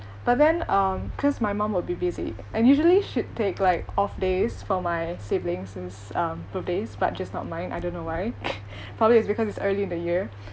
but then um cause my mum would be busy and usually she'd take like off days for my siblings since um birthdays but just not mine I don't know why probably is because it's early in the year